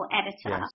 editor